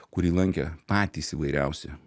kurį lankė patys įvairiausi